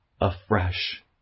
afresh